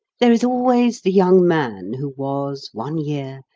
there is always the young man who was, one year,